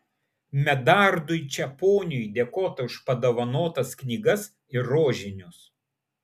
medardui čeponiui dėkota už padovanotas knygas ir rožinius